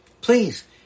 Please